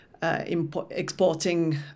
Exporting